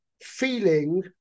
feeling